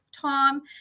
Tom